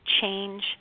change